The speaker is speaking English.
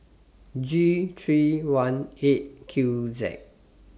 G three one eight Q Z